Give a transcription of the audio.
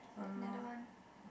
another one